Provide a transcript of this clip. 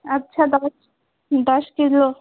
আচ্ছা দশ দশ কিলো